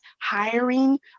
hiring